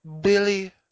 Billy